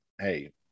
hey